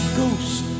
ghost